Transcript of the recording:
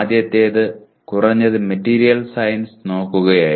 ആദ്യത്തേത് കുറഞ്ഞത് material science നോക്കുകയായിരുന്നു